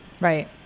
Right